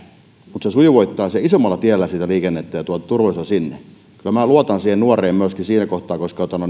mutta se sujuvoittaa isommalla tiellä sitä liikennettä ja tuo turvallisuutta sinne kyllä minä luotan siihen nuoreen myöskin siinä kohtaa koska